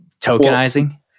tokenizing